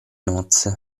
nozze